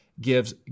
gives